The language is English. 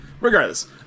regardless